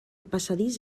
passadís